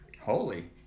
holy